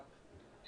סליחה.